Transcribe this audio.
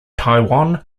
taiwan